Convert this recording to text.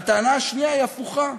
והטענה השנייה היא הפוכה,